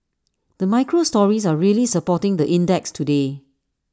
the micro stories are really supporting the index today